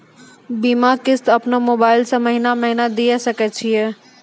बीमा किस्त अपनो मोबाइल से महीने महीने दिए सकय छियै?